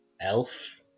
Elf